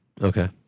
Okay